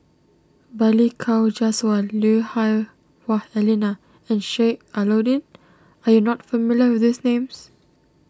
Balli Kaur Jaswal Lui Hah Wah Elena and Sheik Alau'ddin are you not familiar with these names